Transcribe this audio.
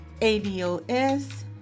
ADOS